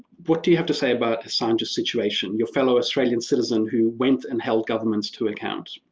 what do you have to say about assange's situation, your fellow australian citizen who went and held governments to account.